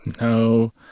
No